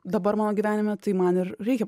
dabar mano gyvenime tai man ir reikia